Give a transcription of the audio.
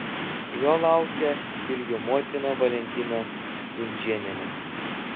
jo laukia ir jo motina valentina stunžėnienė